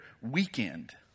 weekend